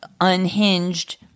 unhinged